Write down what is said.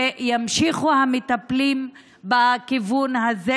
והמטפלים ימשיכו בכיוון הזה.